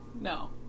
No